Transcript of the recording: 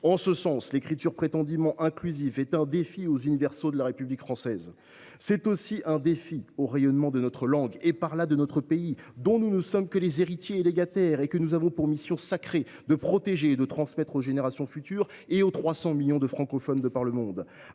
En ce sens, l’écriture prétendument inclusive est un défi aux universaux de la République française. Elle est aussi un défi au rayonnement de notre langue, et par là de notre pays, dont nous ne sommes que les héritiers et les légataires et que nous avons pour mission sacrée de protéger et de transmettre aux générations futures et aux 300 millions de francophones de par le monde.